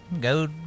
go